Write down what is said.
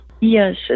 Yes